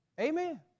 Amen